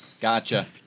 Gotcha